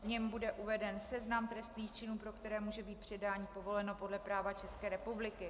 V něm bude uveden seznam trestných činů, pro které může být předání povoleno podle práva České republiky.